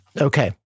Okay